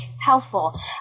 helpful